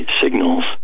signals